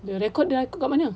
dah record then aku kat mana